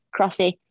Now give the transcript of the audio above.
Crossy